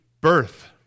birth